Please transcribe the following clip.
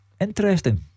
Interesting